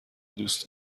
دوست